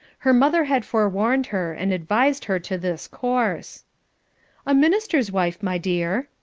her mother had forewarned her, and advised her to this course a minister's wife, my dear,